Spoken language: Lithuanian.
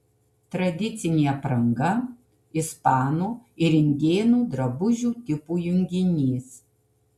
tradicinė apranga ispanų ir indėnų drabužių tipų junginys